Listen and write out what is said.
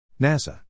NASA